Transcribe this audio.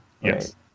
Yes